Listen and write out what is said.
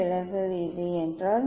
விலகல் இது என்றால்